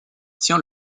tient